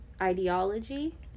ideology